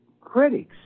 critics